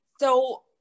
So-